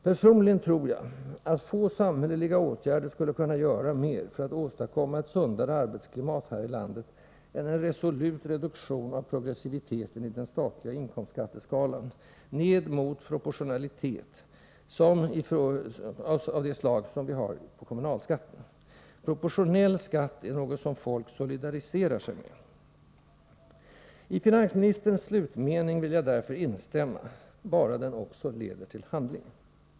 Personligen tror jag att få samhälleliga åtgärder skulle kunna göra mera nytta när det gäller att åstadkomma ett sundare arbetsklimat här i landet än en resolut reduktion av progressiviteten i den statliga inkomstskatteskalan, ned mot en proportionalitet av samma slag som i fråga om kommunalskatterna. Proportionell skatt är något som folk solidariserar sig med. Jag vill därför instämma i finansministerns slutmening — bara den också leder till handling.